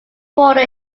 border